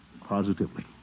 positively